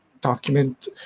document